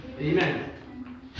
Amen